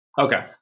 Okay